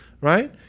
Right